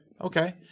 Okay